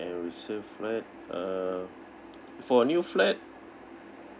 and resale flat uh for a new flat